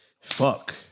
fuck